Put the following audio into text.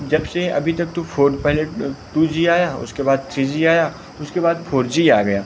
जबसे अभी तक तो फोर पहले टू जी आया उसके बाद थ्री जी आया फ़िर उसके बाद फोर जी आ गया